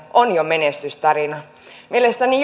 on jo menestystarina mielestäni